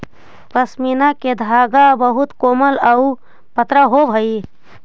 पशमीना के धागा बहुत कोमल आउ पतरा होवऽ हइ